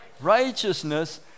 righteousness